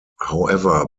however